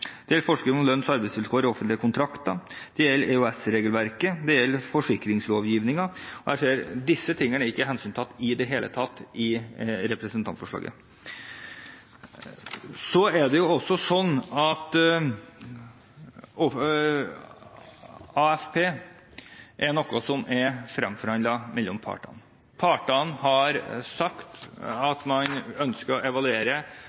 gjelder EØS-regelverket, og det gjelder forsikringslovgivningen. Disse tingene er ikke hensyntatt i det hele tatt i representantforslaget. AFP er noe som er fremforhandlet mellom partene. Partene har sagt at man ønsker å evaluere